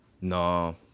No